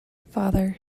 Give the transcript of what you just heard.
father